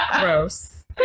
Gross